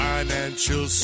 Financial